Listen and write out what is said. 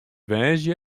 woansdei